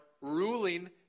ruling